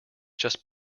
just